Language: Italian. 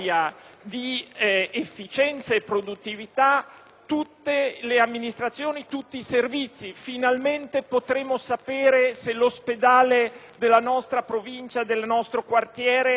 tutte le amministrazioni e tutti i servizi. Finalmente potremo sapere se l'ospedale della nostra Provincia o del nostro quartiere rende servizi simili,